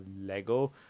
Lego